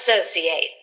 associate